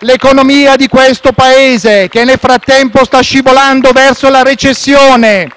l'economia di questo Paese, che nel frattempo sta scivolando verso la recessione,